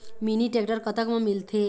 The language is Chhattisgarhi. मिनी टेक्टर कतक म मिलथे?